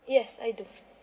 yes I do